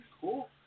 cool